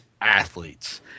athletes